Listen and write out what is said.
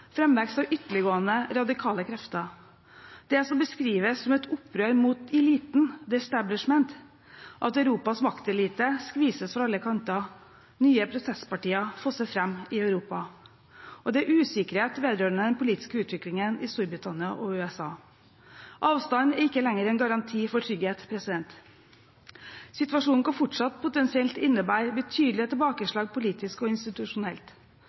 framvekst av ytterliggående radikale krefter. En har det som beskrives som et opprør mot eliten/«the establishment», at Europas maktelite skvises fra alle kanter, nye protestpartier fosser fram i Europa, og det er usikkerhet vedrørende den politiske utviklingen i Storbritannia og USA. Avstander er ikke lenger en garanti for trygghet. Situasjonen kan fortsatt potensielt innebære betydelige tilbakeslag politisk og institusjonelt.